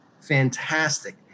fantastic